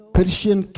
Persian